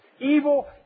Evil